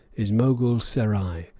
is mogul serai,